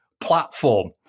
platform